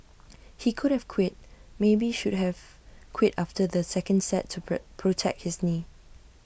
he could have quit maybe should have quit after the second set to pro protect his knee